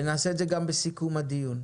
ונעשה את זה גם בסיכום הדיון,